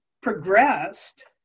progressed